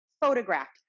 photographed